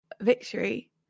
victory